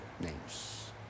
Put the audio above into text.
names